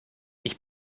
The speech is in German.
ich